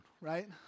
right